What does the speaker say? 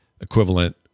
equivalent